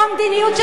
בוודאי.